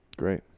Great